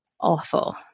awful